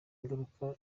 ingaruka